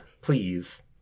please